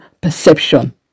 perception